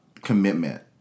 commitment